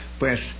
pues